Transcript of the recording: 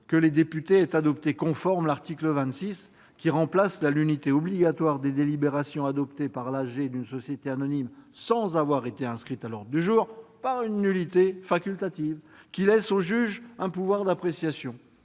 que les députés aient adopté conforme l'article 26, qui remplace la nullité obligatoire des délibérations adoptées par l'assemblée générale d'une société anonyme sans avoir été inscrites à l'ordre du jour par une nullité facultative, qui laisse au juge un pouvoir d'appréciation.